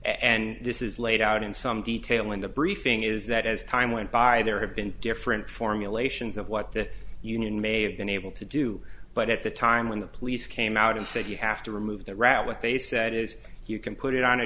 and this is laid out in some detail in the briefing is that as time went by there have been different formulations of what the union may have been able to do but at the time when the police came out and said you have to remove that route what they said is you can put it on a